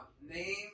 name